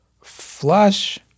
flush